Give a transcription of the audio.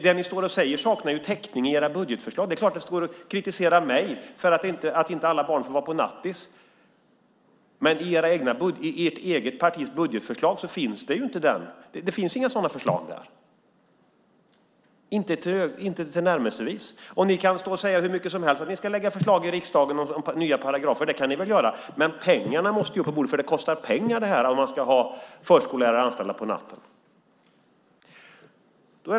Det ni står och säger saknar täckning i era budgetförslag. Det är klart att det går att kritisera mig för att inte alla barn får vara på nattis, men i ert eget partis budgetförslag finns det inga sådana förslag, inte tillnärmelsevis. Ni kan stå och säga hur mycket som helst att ni ska lägga förslag i riksdagen om nya paragrafer. Det kan ni väl göra, men pengarna måste på bordet. Det kostar pengar om man ska ha förskollärare anställda på natten.